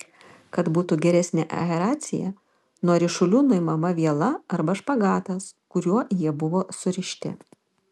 kad būtų geresnė aeracija nuo ryšulių nuimama viela arba špagatas kuriuo jie buvo surišti